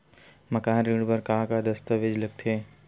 मकान ऋण बर का का दस्तावेज लगथे?